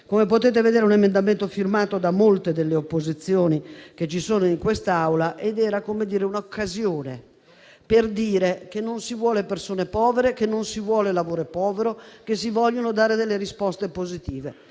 Come potete vedere, è un emendamento firmato da molte delle opposizioni presenti in quest'Aula ed era un'occasione per dire che non si vogliono persone povere, lavoro povero, ma si vogliono invece dare delle risposte positive.